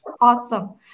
Awesome